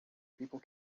people